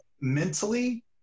mentally